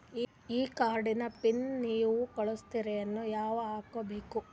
ಈ ಕಾರ್ಡ್ ನ ಪಿನ್ ನೀವ ಕಳಸ್ತಿರೇನ ನಾವಾ ಹಾಕ್ಕೊ ಬೇಕು?